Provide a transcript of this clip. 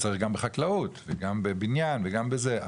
עובדים זרים צריך גם בחקלאות וגם בבניין וגם בזה,